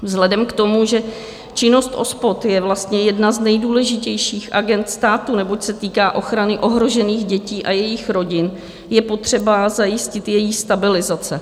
Vzhledem k tomu, že činnost OSPOD je vlastně jedna z nejdůležitějších agend státu, neboť se týká ochrany ohrožených dětí a jejich rodin, je potřeba zajistit její stabilizaci.